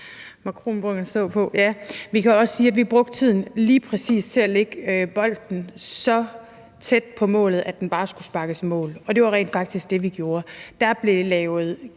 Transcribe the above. Man kan også sige, at vi brugte tiden lige præcis til at lægge bolden så tæt på målet, at den bare skulle sparkes i mål. Og det var rent faktisk det, vi gjorde. Der blev lavet